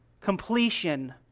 Completion